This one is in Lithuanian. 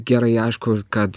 gerai aišku kad